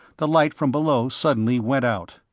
the light from below suddenly went out.